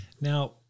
Now